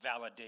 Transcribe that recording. validation